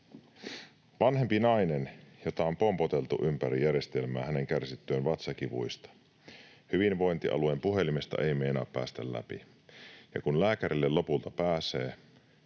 Vanhempi nainen, jota on pompoteltu ympäri järjestelmää hänen kärsittyään vatsakivuista: Hyvinvointialueen puhelimesta ei meinaa päästä läpi. Kun lääkärille lopulta pääsee,